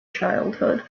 childhood